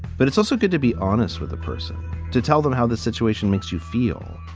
but it's also good to be honest with the person to tell them how the situation makes you feel.